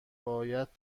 باید